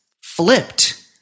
flipped